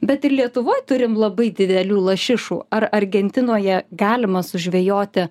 bet ir lietuvoj turim labai didelių lašišų ar argentinoje galima sužvejoti